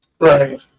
Right